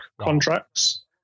contracts